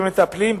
במטפלים,